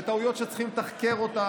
וטעויות שצריכים לתחקר אותן,